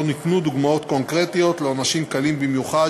ניתנו דוגמאות קונקרטיות לעונשים קלים במיוחד,